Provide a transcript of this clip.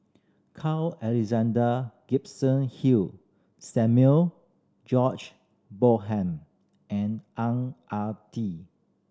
Carl Alexander Gibson Hill Samuel George Bonham and Ang Ah Tee